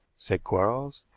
said quarles,